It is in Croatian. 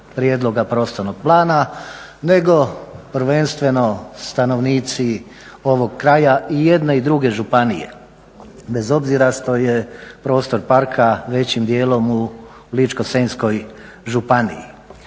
prijedloga prostornog plana nego prvenstveno stanovnici ovog kraja i jedne i druge županije, bez obzira što je prostor parka većim dijelom u Ličko-senjskoj županiji.